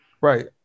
right